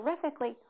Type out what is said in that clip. terrifically